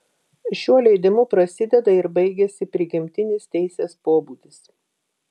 šiuo leidimu prasideda ir baigiasi prigimtinis teisės pobūdis